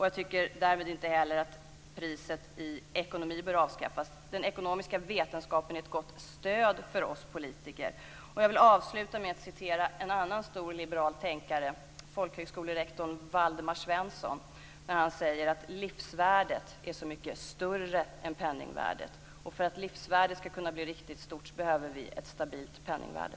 Jag tycker därmed inte heller att priset i ekonomi bör avskaffas. Den ekonomiska vetenskapen är ett gott stöd för oss politiker. Jag vill avsluta med att referera en annan stor liberal tänkare, folkhögskolerektorn Waldemar Svensson som har sagt följande: Livsvärdet är så mycket större än penningvärdet, och för att livsvärdet skall kunna bli riktigt stort så behöver vi ett stabilt penningvärde.